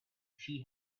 she